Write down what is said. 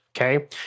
Okay